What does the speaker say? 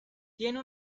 tiene